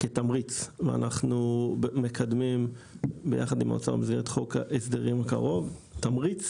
אנחנו מקדמים במסגרת חוק ההסדרים הקרוב, תמריץ